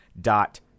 dot